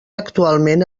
actualment